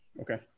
okay